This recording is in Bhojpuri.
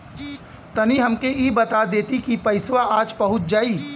तनि हमके इ बता देती की पइसवा आज पहुँच जाई?